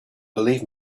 believe